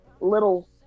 little